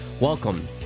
Welcome